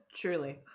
truly